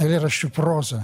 eilėraščių proza